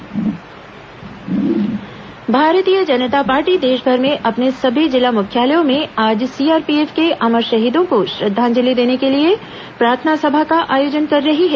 भाजपा प्रार्थना सभा भारतीय जनता पार्टी देशभर में अपने सभी जिला मुख्यालयों में आज सीआरपीएफ के अमर शहीदों को श्रद्वांजलि देने के लिए प्रार्थना सभा का आयोजन कर रही है